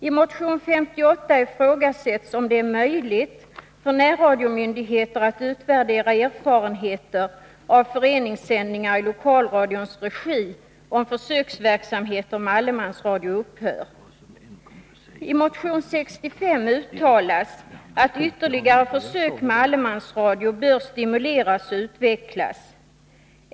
I motion 58 ifrågasätts om det är möjligt för närradiomyndigheter att utvärdera erfarenheter av föreningssändningar i lokalradions regi, om försöksverksamheter med allemansradio upphör. I motion 65 uttalas att ytterligare försök med allemansradio bör stimuleras och utvecklas.